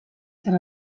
zen